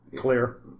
Clear